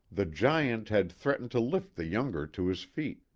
the giant had threatened to lift the youngster to his feet,